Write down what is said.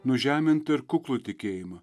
nužemintą ir kuklų tikėjimą